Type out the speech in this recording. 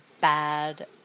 bad